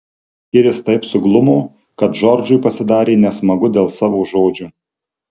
iris taip suglumo kad džordžui pasidarė nesmagu dėl savo žodžių